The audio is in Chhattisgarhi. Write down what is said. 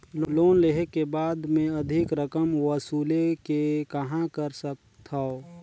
लोन लेहे के बाद मे अधिक रकम वसूले के कहां कर सकथव?